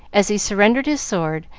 as he surrendered his sword,